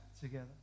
together